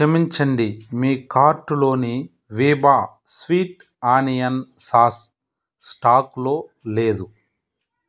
క్షమించండి మీ కార్టులోని వీబా స్వీట్ ఆనియన్ సాస్ స్టాకులో లేదు